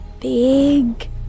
big